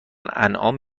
انعام